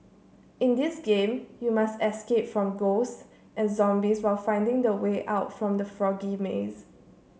in this game you must escape from ghosts and zombies while finding the way out from the foggy maze